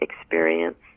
experience